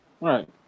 right